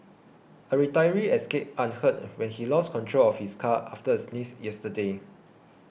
a retiree escaped unhurt when he lost control of his car after a sneeze yesterday